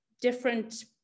different